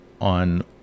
on